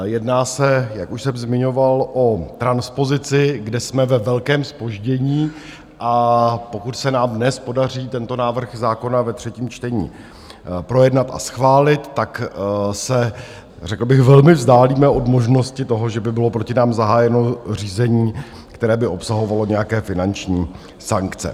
Jedná se, jak už jsem zmiňoval, o transpozici, kde jsme ve velkém zpoždění, a pokud se nám dnes podaří tento návrh zákona ve třetím čtení projednat a schválit, tak se řekl bych velmi vzdálíme od možnosti toho, že by bylo proti nám zahájeno řízení, které by obsahovalo nějaké finanční sankce.